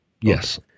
Yes